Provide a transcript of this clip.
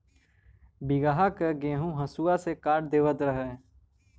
बीघहा के गेंहू हसुआ से काट देवत रहे